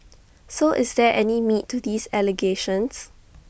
so is there any meat to these allegations